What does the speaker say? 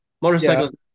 motorcycles